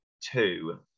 two